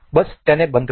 બસ તેને બંધ કરો